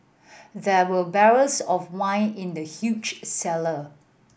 there were barrels of wine in the huge cellar